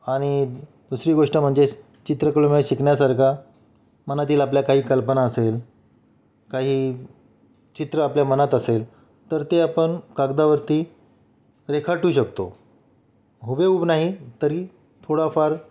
आणि दुसरी गोष्ट म्हणजे चित्रकलेमधे शिकण्यासारखा मनातील आपल्या काही कल्पना असेल काही चित्र आपल्या मनात असेल तर ते आपण कागदावरती रेखाटू शकतो हुबेहूब नाही तरी थोडाफार